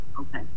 Okay